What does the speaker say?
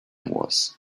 was